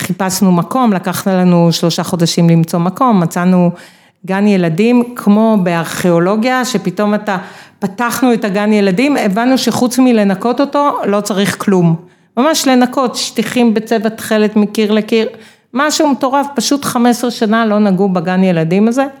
‫חיפשנו מקום, לקח לנו ‫שלושה חודשים למצוא מקום, ‫מצאנו גן ילדים, כמו בארכיאולוגיה, ‫שפתאום אתה, פתחנו את הגן ילדים, ‫הבנו שחוץ מלנקות אותו, ‫לא צריך כלום. ‫ממש לנקות שטיחים בצבע תכלת ‫מקיר לקיר, משהו מטורף. ‫פשוט 15 שנה לא נגעו בגן ילדים הזה.